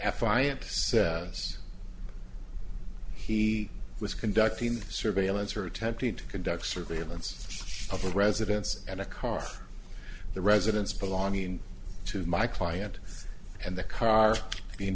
says he was conducting surveillance or attempting to conduct surveillance of a residence and a car the residence belonging to my client and the car being